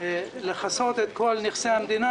לכסות את כל נכסי המדינה,